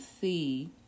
see